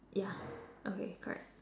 ya okay correct